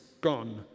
gone